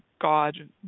god